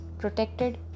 Protected